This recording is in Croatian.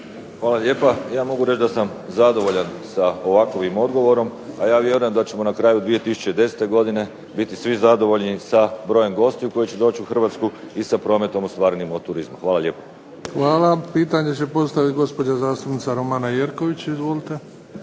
Hvala lijepa. Ja mogu reći da sam zadovoljan sa ovakvim odgovorom, a ja vjerujem da ćemo na kraju 2010. godine biti svi zadovoljni sa brojem gostiju koji će doći u Hrvatsku i sa prometom ostvarenim od turizma. Hvala lijepo. **Bebić, Luka (HDZ)** Hvala. Pitanje će postaviti gospođa zastupnica Romana Jerković. Izvolite.